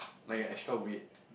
like an extra weight